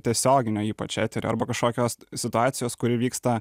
tiesioginio ypač eterio arba kažkokios situacijos kuri vyksta